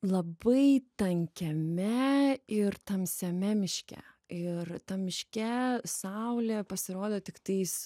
labai tankiame ir tamsiame miške ir tam miške saulė pasirodo tiktais